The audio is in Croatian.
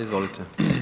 Izvolite.